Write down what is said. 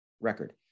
record